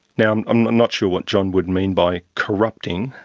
now, i'm not sure what john would mean by corrupting,